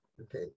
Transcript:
okay